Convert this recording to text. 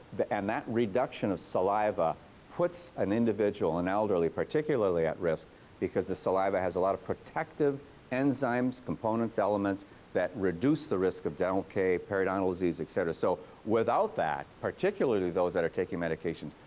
and that reduction of saliva puts an individual, an elderly, particularly at risk because the saliva has a lot of protective enzymes, components, elements that reduce the risk of dental decay, periodontal disease, etc. so, without that, particularly those that are taking medications,